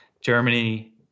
Germany